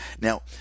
Now